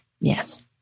Yes